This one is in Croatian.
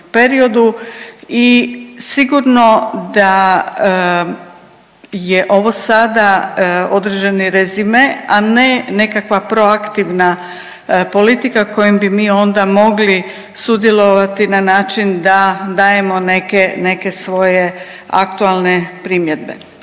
periodu i sigurno da je ovo sada određeni rezime, a ne nekakva proaktivna politika kojim bi onda mogli sudjelovati na način da dajemo neke svoje aktualne primjedbe.